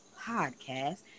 podcast